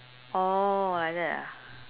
orh like that ah